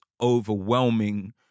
overwhelming